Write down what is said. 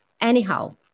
Anyhow